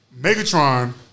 Megatron